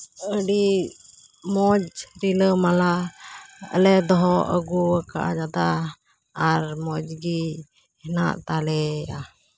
ᱟᱹᱰᱤ ᱢᱚᱡᱽ ᱨᱤᱞᱟᱹᱢᱟᱞᱟ ᱟᱞᱮ ᱫᱚᱦᱚ ᱟᱹᱜᱩ ᱟᱠᱟᱫᱟ ᱟᱨ ᱢᱚᱡᱽᱜᱮ ᱦᱮᱱᱟᱜ ᱛᱟᱞᱮᱭᱟ